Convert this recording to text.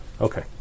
Okay